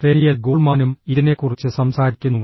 denial ഗോൾമാനും ഇതിനെക്കുറിച്ച് സംസാരിക്കുന്നു